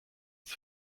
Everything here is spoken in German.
ist